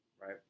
Right